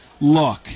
Look